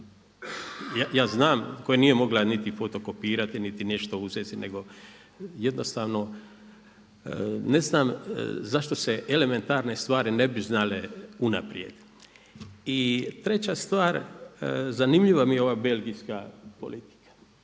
Ja znam koje nije mogla niti fotokopirati, niti nešto si uzeti, nego jednostavno ne znam zašto se elementarne stvari ne bi znale unaprijed. I treća stvar, zanimljiva mi je ova belgijska politika,